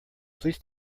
please